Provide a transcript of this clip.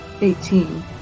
eighteen